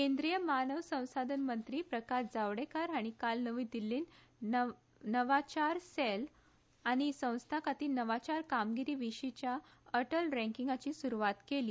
केंद्रीय मनीस संसाधन मंत्री प्रकाश जावडेकार हांणी काल नवी दिल्लींत नवाच सेल आनी संस्था खातीर नवाचार कामगिरी विधीच्या अटल ची सुरवात केली